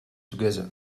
together